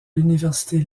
l’université